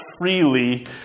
freely